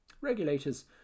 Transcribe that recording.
Regulators